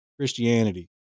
Christianity